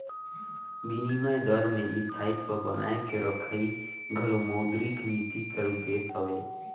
बिनिमय दर में स्थायित्व बनाए के रखई घलो मौद्रिक नीति कर उद्देस हवे